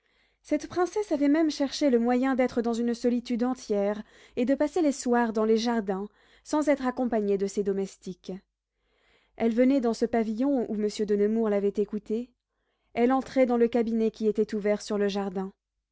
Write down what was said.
cette princesse avait même cherché le moyen d'être dans une solitude entière et de passer les soirs dans les jardins sans être accompagnée de ses domestiques elle venait dans ce pavillon où monsieur de nemours l'avait écoutée elle entrait dans le cabinet qui était ouvert sur le jardin